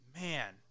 man